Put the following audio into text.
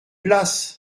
places